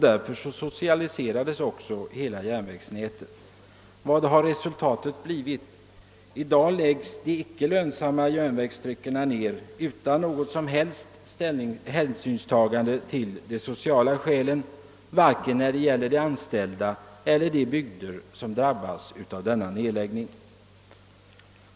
Därför socialiserades hela järnvägsnätet. Vad har resultatet av det blivit? Jo, i dag läggs de icke lönsamma järnvägssträckorna ned utan något som helst hänsynstagande till de sociala skälen, varken till de anställda eller de bygder som drabbas.